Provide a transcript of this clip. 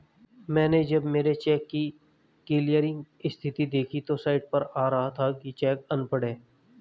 मैनें जब मेरे चेक की क्लियरिंग स्थिति देखी तो साइट पर आ रहा था कि चेक अनपढ़ है